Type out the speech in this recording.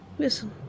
Listen